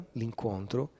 l'incontro